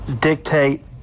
dictate